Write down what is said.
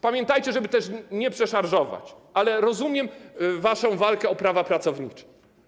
Pamiętajcie, żeby też nie przeszarżować, ale rozumiem waszą walkę o prawa pracownicze.